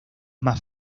más